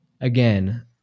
Again